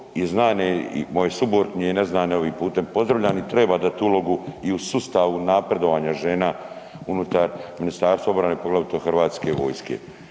i moje suborkinje i neznane evo ovim putem ih pozdravlja, i treba dat ulogu i u sustavu napredovanja žena unutar Ministarstva obrane, poglavito HV-a.